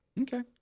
Okay